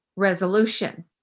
resolution